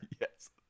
yes